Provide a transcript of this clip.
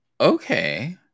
okay